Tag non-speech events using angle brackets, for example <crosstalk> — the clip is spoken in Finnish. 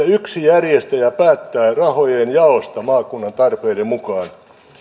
<unintelligible> yksi järjestäjä päättää rahojen jaosta maakunnan tarpeiden mukaan